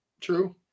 true